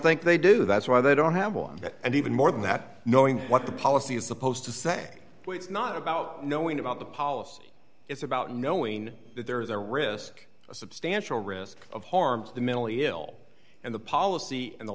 think they do that's why they don't have one and even more than that knowing what the policy is supposed to say it's not about knowing about the policy it's about knowing that there is a risk a substantial risk of harm to the mentally ill and the policy and the